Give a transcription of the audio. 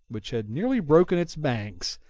which had nearly broken its banks,